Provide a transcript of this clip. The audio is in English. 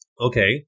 okay